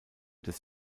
des